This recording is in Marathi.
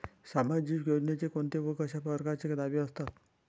सामाजिक योजनेचे कोंते व कशा परकारचे दावे असतात?